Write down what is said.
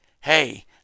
Hey